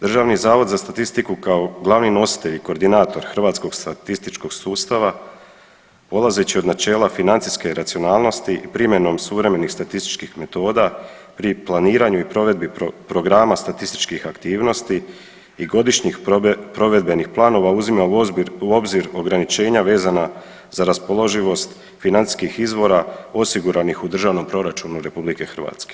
DZS kao glavni nositelj i koordinator hrvatskog statističkog sustava polazeći od načela financijske racionalnosti primjenom suvremenih statističkih metoda pri planiranju i provedbi programa statističkih aktivnosti i godišnjih provedbenih planova uzima u obzir ograničenja vezana za raspoloživost financijskih izvora osiguranih u državnom proračunu RH.